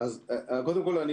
קודם כול,